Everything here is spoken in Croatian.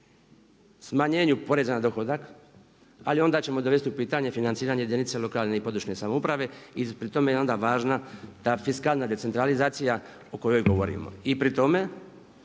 smanjenju poreza na dohodak ali onda ćemo dovesti u pitanje financiranje jedinica lokalne i područne samouprave i pri tome je onda važna ta fiskalna decentralizacija o kojoj govorimo. I pri tome